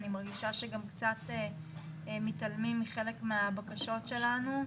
אני מרגישה שגם קצת מתעלמים מחלק מהבקשות שלנו.